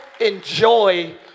enjoy